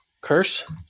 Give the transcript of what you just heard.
Curse